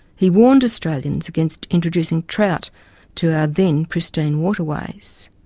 he warned australians against introducing trout to our then pristine waterways.